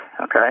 okay